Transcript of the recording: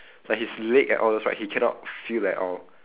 like his leg and all those right he cannot feel at all